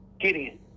Gideon